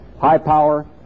high-power